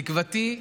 תקוותי היא